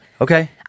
okay